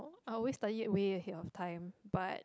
I always study way ahead of time but